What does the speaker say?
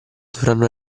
dovranno